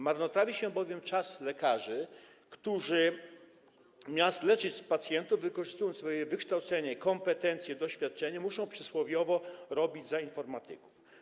Marnotrawi się bowiem czas lekarzy, którzy zamiast leczyć pacjentów, wykorzystując swoje wykształcenie, kompetencje, doświadczenie, muszą przysłowiowo robić za informatyków.